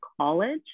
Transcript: College